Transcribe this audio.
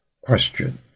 question